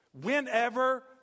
whenever